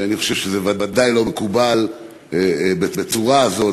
אני חושב שזה ודאי לא מקובל בצורה הזאת.